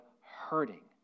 hurting